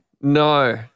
No